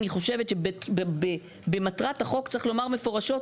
אני חושבת שבמטרת החוק צריך לומר מפורשות,